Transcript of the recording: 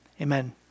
Amen